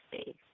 space